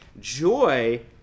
joy